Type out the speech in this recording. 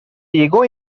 llegó